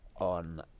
on